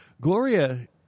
Gloria